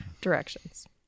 directions